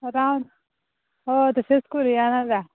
तशेंच करुयां नाल्या